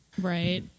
right